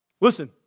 listen